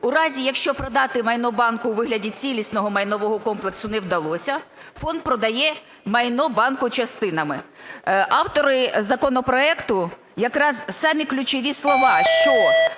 У разі, якщо продати майно банку у вигляді цілісного майнового комплексу не вдалося, фонд продає майно банку частинами. Автори законопроекту якраз самі ключові слова, що